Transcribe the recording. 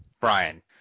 Brian